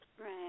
Right